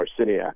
Marciniak